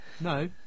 no